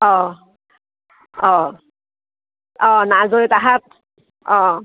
অঁ অঁ অঁ নাজৈ তাহত অঁ